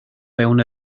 fewn